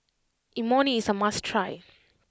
Imoni is a must try